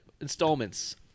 installments